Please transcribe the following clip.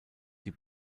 die